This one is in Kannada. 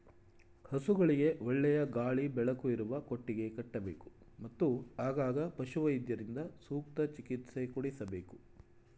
ಹಸುಗಳಿಗೆ ಒಳ್ಳೆಯ ಗಾಳಿ ಬೆಳಕು ಇರುವ ಕೊಟ್ಟಿಗೆ ಕಟ್ಟಬೇಕು, ಮತ್ತು ಆಗಾಗ ಪಶುವೈದ್ಯರಿಂದ ಸೂಕ್ತ ಚಿಕಿತ್ಸೆ ಕೊಡಿಸಬೇಕು